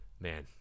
Man